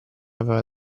aveva